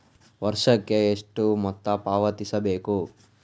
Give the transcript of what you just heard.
ವರ್ಷಕ್ಕೆ ಎಷ್ಟು ಮೊತ್ತ ಪಾವತಿಸಬೇಕು?